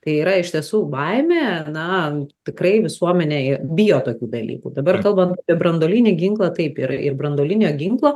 tai yra iš tiesų baimė na tikrai visuomenė jie bijo tokių dalykų dabar kalbant apie branduolinį ginklą taip yra ir branduolinio ginklo